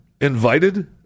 invited